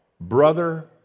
Brother